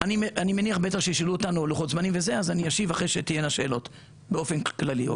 אני מניח שישאלו על לוחות זמנים אז אשיב ברגע שתהיינה שאלות באופן כללי.